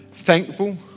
Thankful